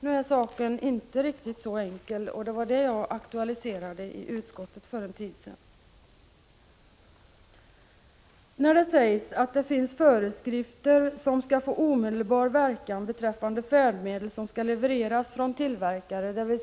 Nu är saken inte riktigt så enkel, och det var detta jag aktualiserade i utskottet för en tid sedan. Det står i utskottsbetänkandet: ”Föreskrifterna får omedelbar verkan beträffande färdmedel som skall levereras från tillverkare.